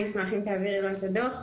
אני אשמח אם תעבירי לו את הדוח.